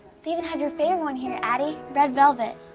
they even have your favorite one here, addie, red velvet.